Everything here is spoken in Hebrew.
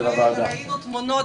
כמו כל אזרחי ישראל ראינו את התמונות